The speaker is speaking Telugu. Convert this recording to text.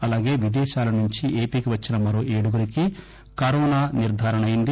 అలాగే విదేశాల నుంచి ఏపీకి వచ్చిన మరో ఏడుగురికి కరోనా నిర్దారణ అయింది